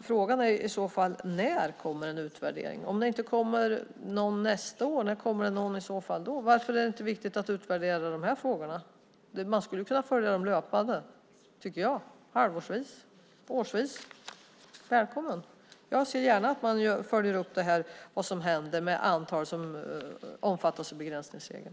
Frågan är i så fall: När kommer en utvärdering? Om det inte kommer någon nästa år, när kommer det då någon? Varför är det inte viktigt att utvärdera de här frågorna? Man skulle kunna följa dem löpande, tycker jag, halvårsvis, årsvis. Välkommen! Jag ser gärna att man följer upp det och ser vad som händer med det antal som omfattas av begränsningsregeln.